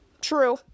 true